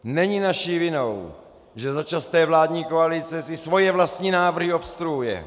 Není naší vinou, že začasté vládní koalice si svoje vlastní návrhy obstruuje.